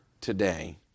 today